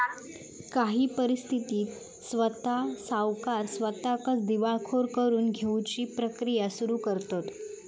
काही परिस्थितीत स्वता सावकार स्वताकच दिवाळखोर करून घेउची प्रक्रिया सुरू करतंत